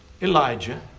Elijah